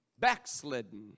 Backslidden